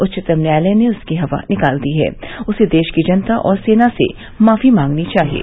उच्चतम न्यायालय ने उसकी हवा निकाल दी है उसे देश की जनता और सेना से मांकी मांगनी चाहिये